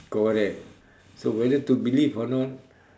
correct so whether to believe or not